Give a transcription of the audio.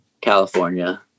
California